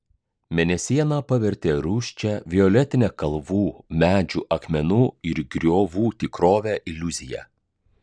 mėnesiena pavertė rūsčią violetinę kalvų medžių akmenų ir griovų tikrovę iliuzija